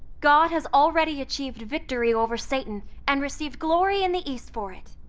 god has already achieved victory over satan and received glory in the east for it.